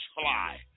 fly